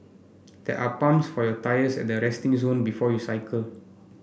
there are pumps for your tyres at the resting zone before you cycle